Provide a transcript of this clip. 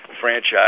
franchise